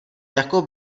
jako